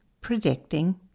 predicting